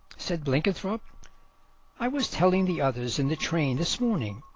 said blenkinthrope i was telling the others in the train this morning.